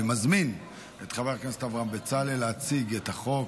אני מזמין את חבר הכנסת אברהם בצלאל להציג את החוק.